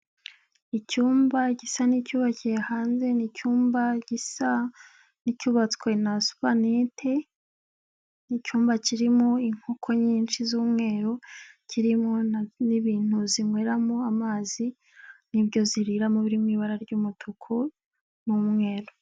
Icyumba gisa n'icyubakiye hanze ni icyumba gisa, n'icyubatswe na supanete, ni icyumba kirimo inkoko nyinshi z'umweru, kirimo n'ibintu zinyweramo amazi, n'ibyo zirira mu biri mu ibara ry'umutuku, n'umweru.